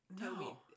No